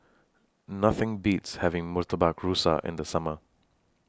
Nothing Beats having Murtabak Rusa in The Summer